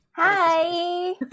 Hi